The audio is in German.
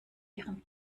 ihren